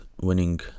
winning